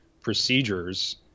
procedures